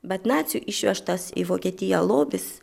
bet nacių išvežtas į vokietiją lobis